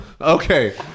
Okay